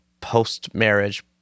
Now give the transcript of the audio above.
post-marriage